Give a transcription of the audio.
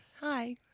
Hi